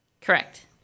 Correct